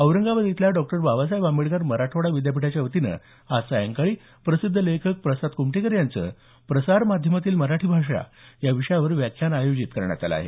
औरंगाबाद इथल्या डॉ बाबासाहेब आंबेडकर मराठवाडा विद्यापीठाच्या वतीनं आज सायंकाळी प्रसिद्ध लेखक प्रसाद कुमठेकर यांचं प्रसार माध्यमातील मराठी भाषा या विषयावर व्याख्यान आयोजित करण्यात आलं आहे